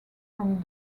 from